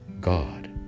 God